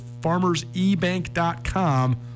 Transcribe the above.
Farmersebank.com